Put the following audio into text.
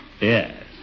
Yes